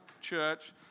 church